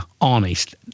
honest